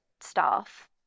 staff